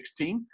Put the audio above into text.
2016